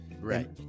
right